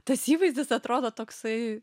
tas įvaizdis atrodo toksai